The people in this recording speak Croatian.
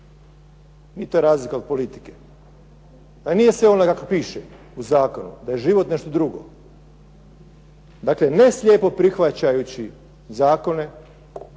je razlika od politike. Nije sve onako kako piše u Zakonu, da je život nešto drugo. Ne slijepo prihvaćajući zakone,